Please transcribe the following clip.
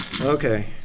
Okay